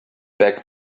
back